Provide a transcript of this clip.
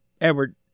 Edward